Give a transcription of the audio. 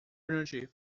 energy